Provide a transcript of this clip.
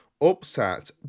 upset